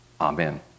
Amen